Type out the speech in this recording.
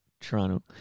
Toronto